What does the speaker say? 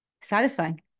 satisfying